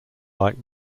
like